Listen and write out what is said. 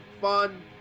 fun